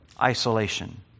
isolation